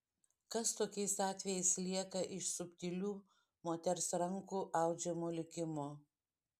kas tokiais atvejais lieka iš subtilių moters rankų audžiamo likimo